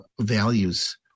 values